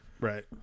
Right